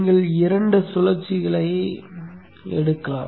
நீங்கள் இரண்டு சுழற்சிகளை எடுக்கலாம்